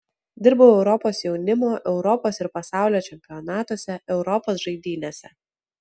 dirbau europos jaunimo europos ir pasaulio čempionatuose europos žaidynėse